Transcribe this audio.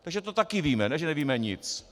Takže to taky víme, ne že nevíme nic!